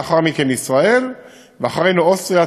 לאחר מכן ישראל ואחרינו אוסטריה,